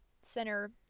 center